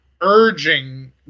urging